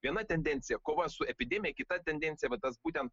viena tendencija kova su epidemija kita tendencija va tas būtent